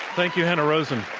thank you, hanna rosin.